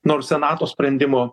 nors senato sprendimo